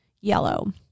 yellow